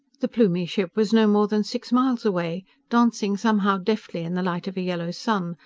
the plumie ship was no more than six miles away, dancing somehow deftly in the light of a yellow sun,